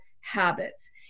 habits